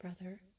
brother